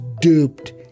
duped